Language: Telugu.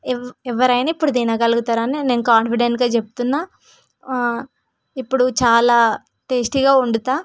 ఎవరు ఎవరైనా ఇప్పుడు తినగలుగుతారని నేను కాన్ఫిడెంట్గా చెప్తున్నాను ఇప్పుడు చాలా టేస్టీగా వండుతాను